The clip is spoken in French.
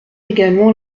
également